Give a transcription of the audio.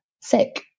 sick